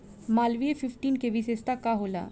Malviya fifteen के विशेषता का होला?